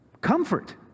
comfort